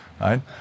right